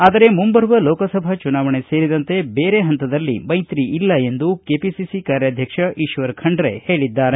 ಆದರೆ ಮುಂಬರುವ ಲೋಕಸಭಾ ಚುನಾವಣೆ ಸೇರಿದಂತೆ ಬೇರೆ ಪಂತದಲ್ಲಿ ಮೈತ್ರಿ ಇಲ್ಲ ಎಂದು ಕೆಪಿಸಿಸಿ ಕಾರ್ಯಧ್ಯಕ್ಷ ಈಶ್ವರ್ ಖಂಡ್ರೆ ಹೇಳದ್ದಾರೆ